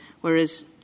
whereas